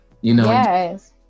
Yes